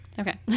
okay